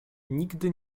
nigdy